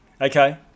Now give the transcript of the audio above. Okay